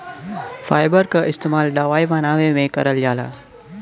fibre क इस्तेमाल दवाई बनावे में करल जाला